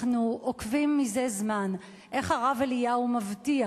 אנחנו עוקבים זה זמן איך הרב אליהו מבטיח,